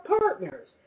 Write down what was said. partners